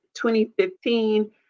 2015